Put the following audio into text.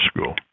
school